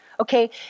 Okay